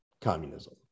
communism